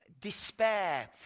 despair